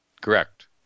Correct